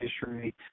fishery